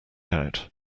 out